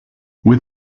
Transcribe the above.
with